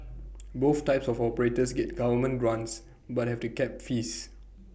both types of operators get government grants but have to cap fees